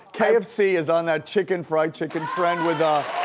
kfc is on that chicken fried chicken trend with a,